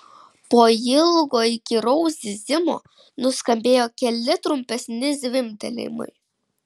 po ilgo įkyraus zyzimo nuskambėjo keli trumpesni zvimbtelėjimai